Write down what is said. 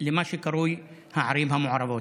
למה שקרוי הערים המעורבות.